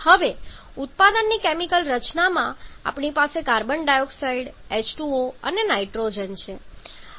હવે ઉત્પાદનની કેમિકલ રચનામાં આપણી પાસે કાર્બન ડાયોક્સાઇડ H2O અને નાઇટ્રોજન છે